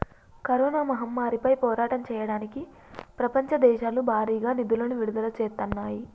corona మహమ్మారిపై పోరాటం చెయ్యడానికి ప్రపంచ దేశాలు భారీగా నిధులను విడుదల చేత్తన్నాయి